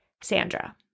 Sandra